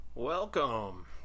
Welcome